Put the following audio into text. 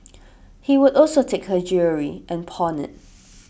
he would also take her jewellery and pawn it